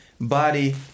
body